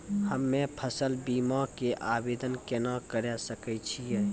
हम्मे फसल बीमा के आवदेन केना करे सकय छियै?